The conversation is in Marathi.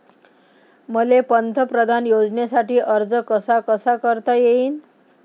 मले पंतप्रधान योजनेसाठी अर्ज कसा कसा करता येईन?